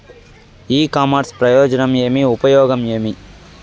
ఇ commerce ప్రయోజనం ఏమి? ఉపయోగం ఏమి?